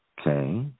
okay